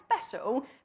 special